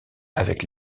avec